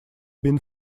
been